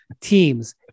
teams